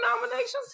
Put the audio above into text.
nominations